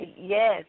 Yes